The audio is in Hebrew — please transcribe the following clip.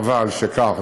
וחבל שכך,